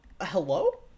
hello